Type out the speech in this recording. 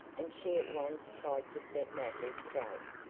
and she at once tried to set matters straight.